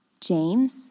James